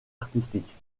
artistiques